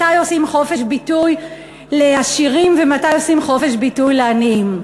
מתי עושים חופש ביטוי לעשירים ומתי עושים חופש ביטוי לעניים.